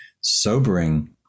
sobering